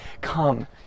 come